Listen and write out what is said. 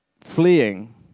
fleeing